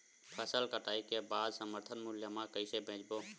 फसल कटाई के बाद समर्थन मूल्य मा कइसे बेचबो?